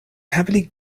heavily